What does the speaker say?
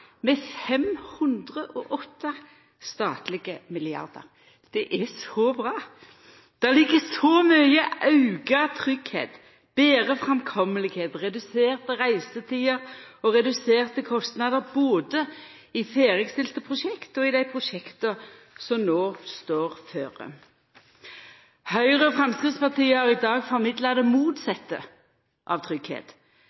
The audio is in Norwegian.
med 508 statlege milliardar. Det er så bra! Det ligg så mykje auka tryggleik, betre framkomelegheit, reduserte reisetider og reduserte kostnader både i ferdigstilte prosjekt og i dei prosjekta som nå står føre oss. Høgre og Framstegspartiet har i dag formidla det